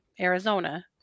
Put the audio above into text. Arizona